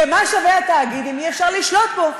ומה שווה התאגיד אם אי-אפשר לשלוט בו?